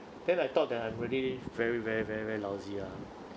then I thought that I'm really very very very very lousy ah